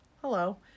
hello